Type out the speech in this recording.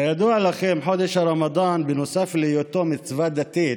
כידוע לכם, חודש הרמדאן, בנוסף להיותו מצווה דתית,